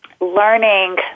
learning